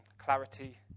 clarity